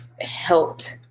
helped